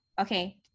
Okay